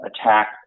attack